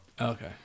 Okay